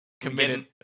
committed